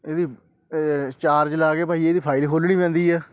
ਇਹਦੀ ਚਾਰਜ ਲਗਾ ਕੇ ਭਾਅ ਜੀ ਇਹਦੀ ਫਾਈਲ ਖੋਲਣੀ ਪੈਂਦੀ ਆ